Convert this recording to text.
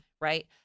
Right